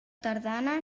tardana